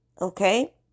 Okay